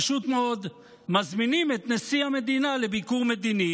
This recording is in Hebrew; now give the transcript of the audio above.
פשוט מאוד, מזמינים את נשיא המדינה לביקור מדיני,